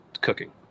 cooking